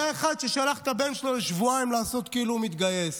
היה אחד ששלח את הבן שלו לשבועיים לעשות כאילו הוא מתגייס.